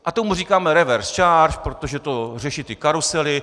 A tomu říkáme reverse charge, protože to řeší ty karusely.